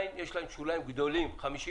עדיין יש להם שוליים גדולים, 50